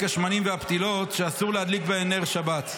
השמנים והפתילות שאסור להדליק בהם נר שבת.